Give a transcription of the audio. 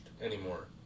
anymore